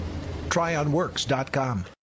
Tryonworks.com